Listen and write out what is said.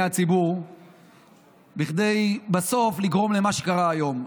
הציבור כדי לגרום בסוף למה שקרה היום.